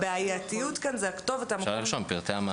אפשר לרשום כאן "פרטי המעסיק".